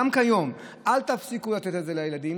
גם כיום: אל תפסיקו לתת את זה לילדים,